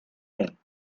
moon